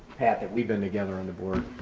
pat, that we've been together on the board,